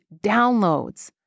downloads